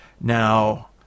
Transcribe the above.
now